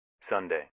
Sunday